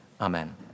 Amen